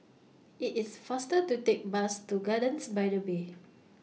IT IS faster to Take Bus to Gardens By The Bay